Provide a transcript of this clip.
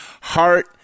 heart